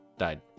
died